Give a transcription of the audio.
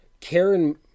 Karen